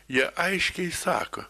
jie aiškiai sako